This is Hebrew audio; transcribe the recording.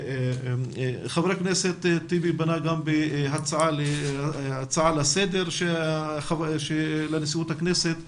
חבר הכנסת טיבי פנה גם בהצעה לסדר לנשיאות הכנסת.